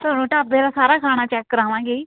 ਤੁਹਾਨੂੰ ਢਾਬੇ ਦਾ ਸਾਰਾ ਖਾਣਾ ਚੈੱਕ ਕਰਾਵਾਂਗੇ ਜੀ